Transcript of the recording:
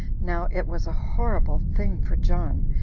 now it was a horrible thing for john,